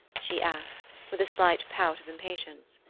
she asked, with a slight pout of impatience.